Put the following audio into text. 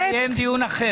על זה צריך לקיים דיון אחר.